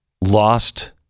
lost